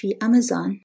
Amazon